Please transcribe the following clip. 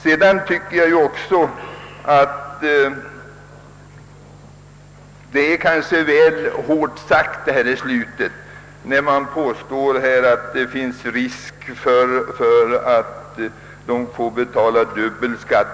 Jag tycker också att påståendet att risk föreligger att man får betala skatt »dubbelt eller med för högt belopp», om man inte förvarar avlöningskvittona, är väl hårt.